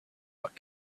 what